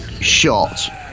shot